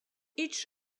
each